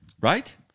Right